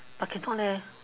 I cannot leh